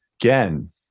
again